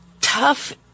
tough